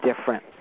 different